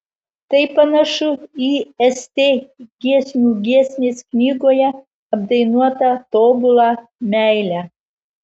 tai panašu į st giesmių giesmės knygoje apdainuotą tobulą meilę